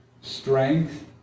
strength